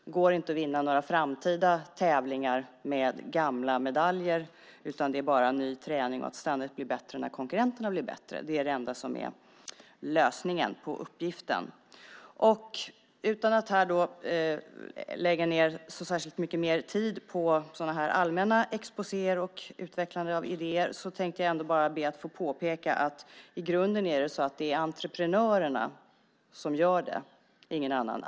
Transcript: Det går inte att vinna några framtida tävlingar med gamla medaljer, utan det är bara ny träning och att ständigt bli bättre när konkurrenterna blir bättre som gäller för att klara uppgiften. Utan att lägga ned så mycket mer tid på sådana här allmänna exposéer och på utvecklande av idéer tänkte jag bara be att få påpeka att det i grunden är entreprenörerna som gör det, ingen annan.